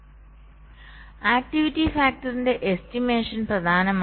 അതിനാൽ ആക്ടിവിറ്റി ഫാക്ടറിന്റെ എസ്റ്റിമേഷൻ പ്രധാനമാണ്